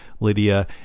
Lydia